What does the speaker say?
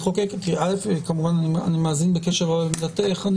ראשית, כמובן, אני מאזין בקשב רב לעמדתך.